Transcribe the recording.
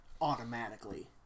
automatically